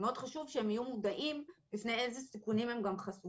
מאוד חשוב שהם יהיו מודעים בפני אילו סיכונים הם גם חשופים,